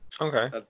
Okay